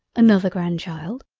another grand-child!